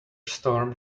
storm